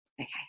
Okay